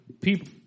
People